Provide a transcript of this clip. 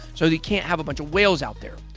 so they can't have a bunch of whales out there.